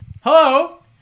Hello